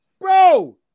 Bro